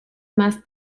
más